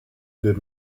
good